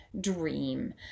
dream